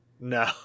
No